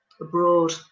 Abroad